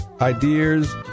ideas